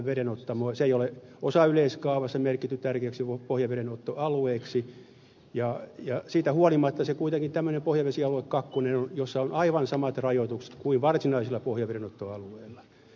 sitä ei ole osayleiskaavassa merkitty tärkeäksi pohjavedenottoalueeksi ja siitä huolimatta se kuitenkin tämmöinen pohjavesialue kakkonen on missä on aivan samat rajoitukset kuin varsinaisilla pohjavedenottoalueilla